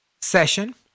session